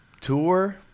tour